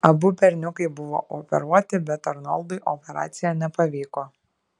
abu berniukai buvo operuoti bet arnoldui operacija nepavyko